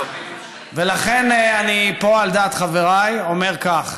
ולכן אני פה, על דעת חבריי, אומר כך: